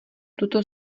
tuto